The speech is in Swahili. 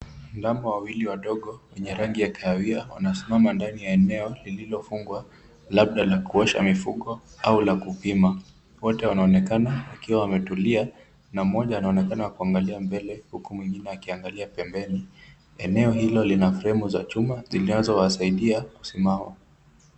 Ndama wawili wadogo wenye rangi ya kahawia wanasimama ndani ya eneo lililofungwa labda la kuosha mifugo au la kupima. Wote wanaonekana wakiwa wametulia na mmoja anaonekana kuangalia mbele huku mwingine akiangalia pembeni. Eneo hilo lina fremu za chuma zinazo wasaidia kusimama.